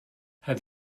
have